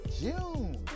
June